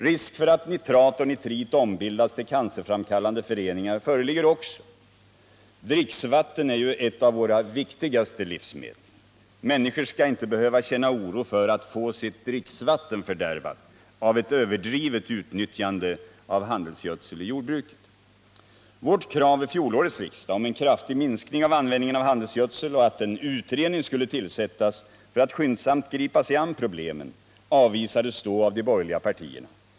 Risk för att nitrat och nitrit ombildas till cancerframkallande föreningar föreligger också. Dricksvatten är ju ett av våra viktigaste livsmedel. Människor skall inte behöva känna oro för att få sitt dricksvatten fördärvat av ett överdrivet utnyttjande av handelsgödsel i jordbruket. Vårt krav vid fjolårets riksdag på en kraftig minskning av användning av handelsgödsel och att en utredning skulle tillsättas för att skyndsamt gripa sig an problemen avvisades då av de borgerliga partierna.